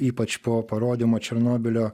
ypač po parodymo černobylio